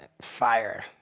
fire